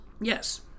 Yes